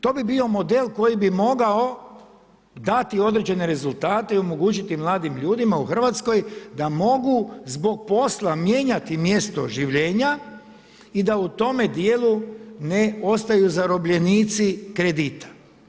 To bi bio model koji bi mogao dati određene rezultate i omogućiti mladim ljudima u Hrvatskoj da mogu zbog posla mijenjati mjesto življenja i da u tome dijelu ne ostaju zarobljenici kredita.